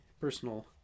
personal